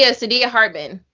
yeah sadia hartman.